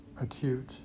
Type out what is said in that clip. acute